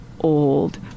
old